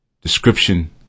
description